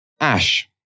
Ash